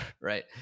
right